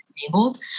disabled